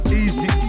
easy